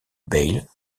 bayle